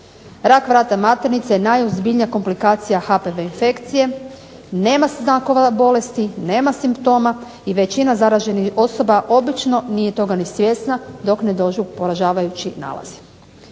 Rak vrata maternice je najozbiljnija komplikacija HPV infekcije. Nema znakova bolesti, nema simptoma i većina zaraženih osoba obično nije toga ni svjesna dok ne dođu poražavajući nalazi.